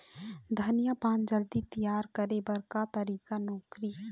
धनिया पान जल्दी तियार करे बर का तरीका नोकरी?